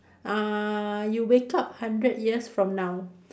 uh you wake up hundred years from now